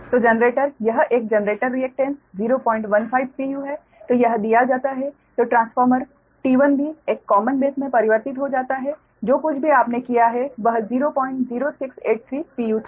तो जनरेटर यह एक जनरेटर रिएकटेन्स 015 pu है तो यह दिया जाता है तो ट्रांसफॉर्मर T1 भी एक कॉमन बेस में परिवर्तित हो जाता है जो कुछ भी आपने किया है वह j00683pu था